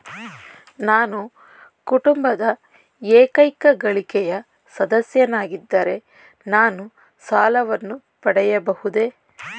ನಾನು ಕುಟುಂಬದ ಏಕೈಕ ಗಳಿಕೆಯ ಸದಸ್ಯನಾಗಿದ್ದರೆ ನಾನು ಸಾಲವನ್ನು ಪಡೆಯಬಹುದೇ?